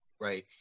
Right